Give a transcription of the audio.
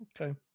Okay